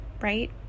right